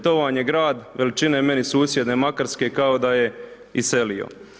To vam je grad veličine, meni susjedne Makarske, kao da je iselio.